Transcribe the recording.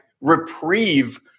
reprieve